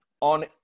on